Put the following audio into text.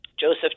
Joseph